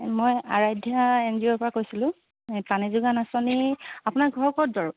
মই আৰাধ্যা এঞ্জিঅ'ৰ পৰা কৈছিলো পানী যোগান আঁচনি আপোনাৰ ঘৰ ক'ত বাৰু